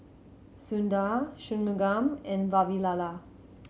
Sundar Shunmugam and Vavilala